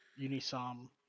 unisom